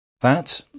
That